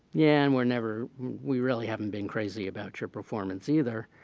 yeah, and we're never we really haven't been crazy about your performance either.